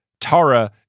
Tara